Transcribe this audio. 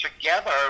together